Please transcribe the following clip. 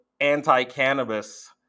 anti-cannabis